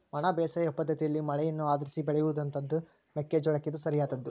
ಒಣ ಬೇಸಾಯ ಪದ್ದತಿಯಲ್ಲಿ ಮಳೆಯನ್ನು ಆಧರಿಸಿ ಬೆಳೆಯುವಂತಹದ್ದು ಮೆಕ್ಕೆ ಜೋಳಕ್ಕೆ ಇದು ಸರಿಯಾದದ್ದು